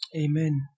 Amen